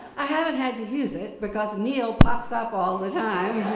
i haven't had to use it, because neil pops up all the time